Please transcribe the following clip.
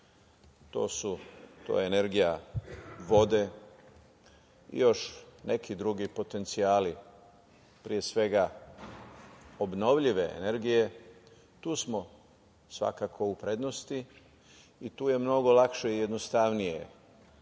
to je energija vode, još neki drugi potencijali, pre svega obnovljive energije. Tu smo svakako u prednosti i tu je mnogo lakše i jednostavnije